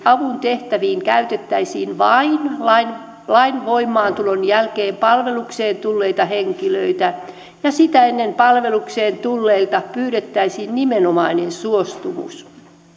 avun tehtäviin käytettäisiin vain lain lain voimaantulon jälkeen palvelukseen tulleita henkilöitä ja sitä ennen palvelukseen tulleilta pyydettäisiin nimenomainen suostumus niihin